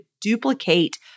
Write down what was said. duplicate